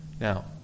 Now